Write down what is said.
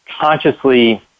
consciously